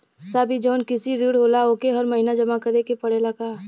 साहब ई जवन कृषि ऋण होला ओके हर महिना जमा करे के पणेला का?